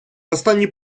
останній